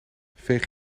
veeg